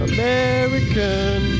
American